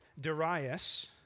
Darius